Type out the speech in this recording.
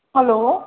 hello